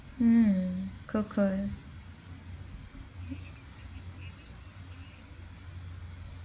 mm cool cool